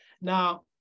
Now